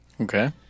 Okay